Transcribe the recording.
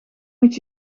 moet